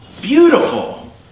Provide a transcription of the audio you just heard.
Beautiful